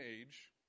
age